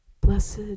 Blessed